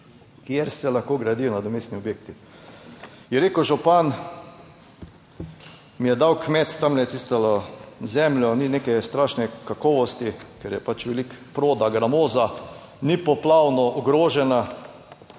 kjer se lahko gradijo nadomestni objekti. Je rekel župan, mi je dal kmet tamle tisto zemljo, ni neke strašne kakovosti, ker je pač veliko proda, gramoza, ni poplavno ogrožena,